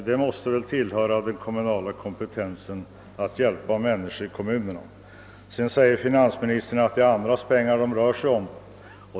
Det måste väl falla inom den kommunala kompetensen att hjälpa människor i kommunerna. Finansministern hävdar också att det är andra pengar kommunerna rör sig med.